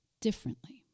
differently